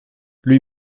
lui